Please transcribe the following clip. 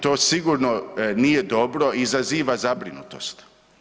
To sigurno nije dobro i izaziva zabrinutost.